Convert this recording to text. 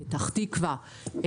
פתח תקווה,